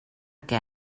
què